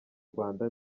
rwanda